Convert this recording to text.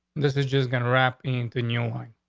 this is just gonna wrap into new one?